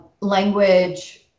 language